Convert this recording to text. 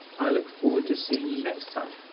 i look forward to seeing you next time.